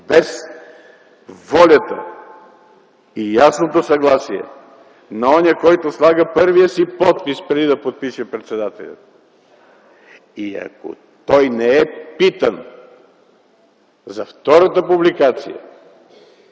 без волята и ясното съгласие на онзи, който слага първия си подпис, преди да подпише председателят. Ако той не е питан за втората публикация,